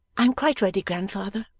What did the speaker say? i'm quite ready, grandfather